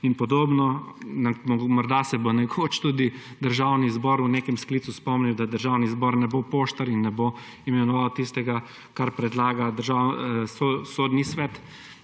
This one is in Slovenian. in podobno. Morda se bo nekoč tudi Državni zbor v nekem sklicu spomnil, da Državni zbor ne bo poštar in ne bo imenoval tistega, kar predlaga Sodni svet,